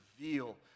reveal